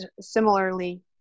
similarly